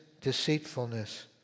deceitfulness